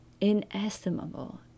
Inestimable